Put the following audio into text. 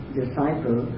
disciple